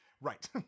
Right